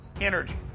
energy